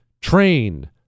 Train